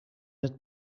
het